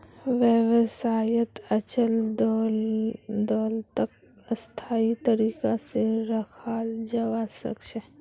व्यवसायत अचल दोलतक स्थायी तरीका से रखाल जवा सक छे